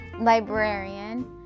Librarian